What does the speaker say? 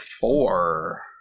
four